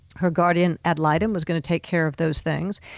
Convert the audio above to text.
her guardian at lyden was going to take care of those things,